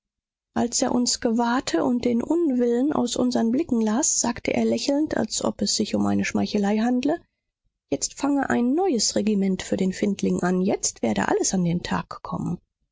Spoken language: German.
als er uns gewahrte und den unwillen aus unsern blicken las sagte er lächelnd als ob es sich um eine schmeichelei handle jetzt fange ein neues regiment für den findling an jetzt werde alles an den tag kommen